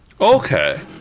Okay